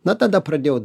na tada pradėjau